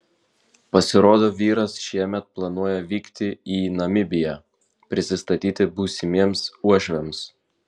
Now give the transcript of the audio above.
pasirodo vyras šiemet planuoja vykti į namibiją prisistatyti būsimiems uošviams